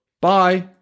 Bye